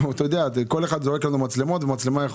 כל אחד זורק לנו מצלמות אבל מצלמה,